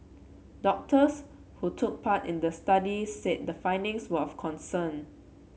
doctors who took part in the study said the findings were of concern